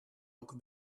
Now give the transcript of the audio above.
ook